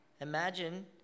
Imagine